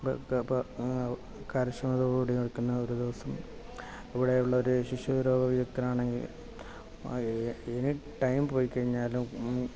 കാര്യക്ഷമതയോടെ കൂടി നില്കുന്ന ഒരു ദിവസം അവിടെയുള്ള ഒരു ശിശുരോഗ വിദഗ്ദ്ധൻ ആണെങ്കിലും ഇനി ടൈം പോയി കഴിഞ്ഞാലും